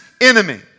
enemy